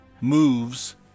Moves